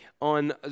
on